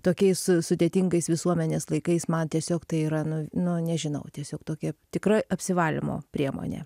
tokiais su sudėtingais visuomenės laikais man tiesiog tai yra nu nu nežinau tiesiog tokia tikra apsivalymo priemonė